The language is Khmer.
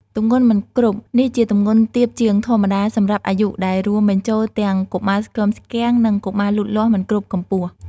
ទម្ងន់មិនគ្រប់ នេះជាទម្ងន់ទាបជាងធម្មតាសម្រាប់អាយុ ដែលរួមបញ្ចូលទាំងកុមារស្គមស្គាំង និងកុមារលូតលាស់មិនគ្រប់កម្ពស់។